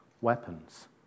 weapons